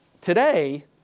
Today